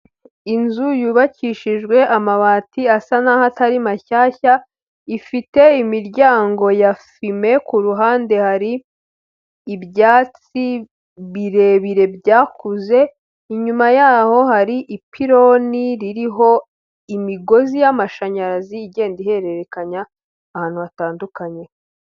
Inzu yubakishijwe amabati asa nkaho atari mashyashya ifite. Imiryango ya fime ku ruhande hari ibyatsi birebire byakuze, inyuma yaho hari ipironi ririho imigozi y'amashanyarazi igenda ihererekanya ahantu hatandukanye.